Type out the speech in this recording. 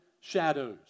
shadows